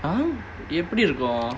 ah எப்பிடி இருக்கும்:eppidi irukkum